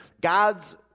God's